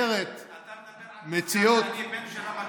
מייצרת מציאות, אתה מדבר על, אני בן של המקום.